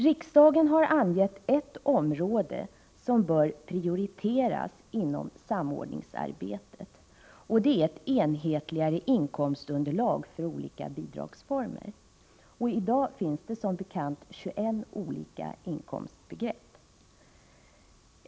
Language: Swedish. Riksdagen har angett ett område som bör prioriteras inom samordningsarbetet, och det är ett enhetligare inkomstunderlag för olika bidragsformer. I dag finns det som bekant 21 olika inkomstbegrepp.